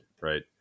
right